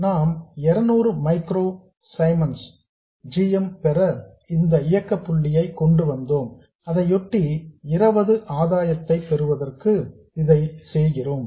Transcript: நாம் 200 micro siemens ன் g m பெற இந்த இயக்க புள்ளியை கொண்டு வந்தோம் அதையொட்டி 20 ஆதாயத்தை பெறுவதற்கு இதை செய்கிறோம்